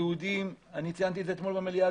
אני ציינתי את זה אתמול במליאה,